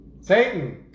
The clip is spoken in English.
Satan